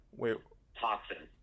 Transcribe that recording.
toxin